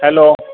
hello